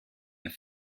have